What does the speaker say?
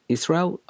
Israel